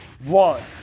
One